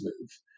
move